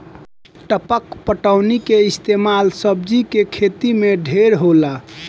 टपक पटौनी के इस्तमाल सब्जी के खेती मे ढेर होला